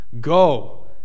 Go